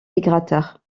migrateurs